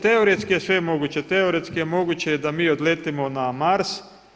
Teoretski je sve moguće, teoretski je moguće da mi odletimo na Mars.